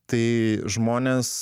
tai žmonės